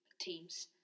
teams